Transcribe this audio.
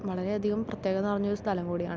വളരെ അധികം പ്രത്യേകത നിറഞ്ഞൊരു സ്ഥലം കൂടിയാണ്